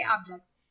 objects